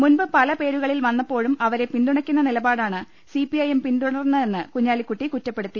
മുമ്പ് പല വന്ന പ്പോഴും പേരു ക ളിൽ പിന്തുണയ്ക്കുന്ന നിലപാടാണ് സി പി ഐ എം പിന്തു ടർന്നതെന്ന് കുഞ്ഞാലിക്കുട്ടി കുറ്റപ്പെടുത്തി